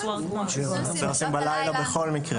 זה מה שהן עושות בלילה בכל מקרה.